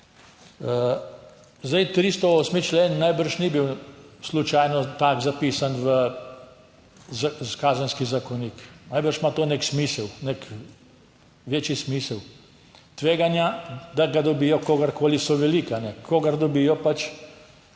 Zdaj, 308. člen najbrž ni bil slučajno tak zapisan v Kazenski zakonik, najbrž ima to nek smisel, nek večji smisel. Tveganja, da ga dobijo kogarkoli so velika. Kogar dobijo,